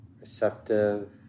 receptive